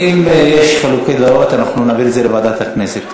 אם יש חילוקי דעות אנחנו נעביר את זה לוועדת הכנסת.